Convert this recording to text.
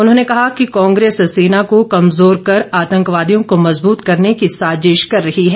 उन्होंने कहा कि कांग्रेस र्सना को कमजोर कर आतंकवादियों को मजबूत करने की साजिश कर रहे हैं